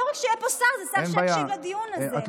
אבל